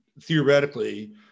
theoretically